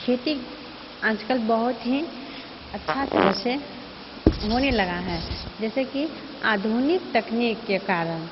खेती आजकल बहुत ही अच्छा तरहसँ होने लगा है जैसे कि आधुनिक तकनीकके कारण